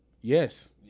Yes